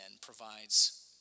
provides